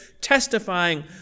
testifying